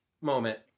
moment